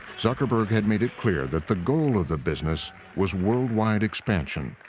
zuckerberg had made it clear that the goal of the business was worldwide expansion.